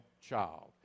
child